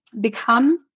become